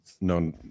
no